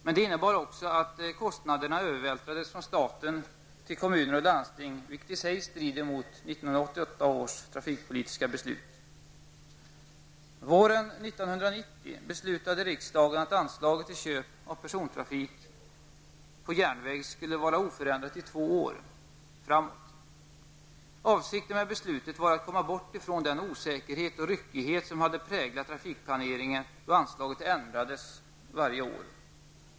Men det innebar också att kostnaderna övervältrades från staten till kommuner och landsting, vilket i sig strider mot Våren 1990 beslutade riksdagen att anslaget till köp av persontrafik på järnväg skulle vara oförändrat i två år framåt. Avsikten med beslutet var att komma bort från den osäkerhet och ryckighet som hade präglat trafikplaneringen då anslaget ändrades varje år.